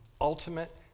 ultimate